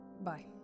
Bye